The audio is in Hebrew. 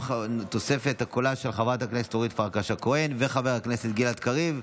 תוספת קולם של חברת הכנסת אורית פרקש הכהן וחבר הכנסת גלעד קריב.